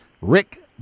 Rick